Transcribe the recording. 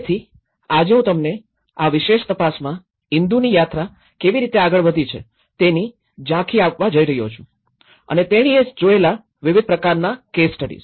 તેથી આજે હું તમને આ વિશેષ તપાસમાં ઇન્દુની યાત્રા કેવી રીતે આગળ વધી છે તેની ઝાંખી આપવા જઇ રહ્યો છું અને તેણીએ જોયેલા વવિધ પ્રકાના કેસ સ્ટડીઝ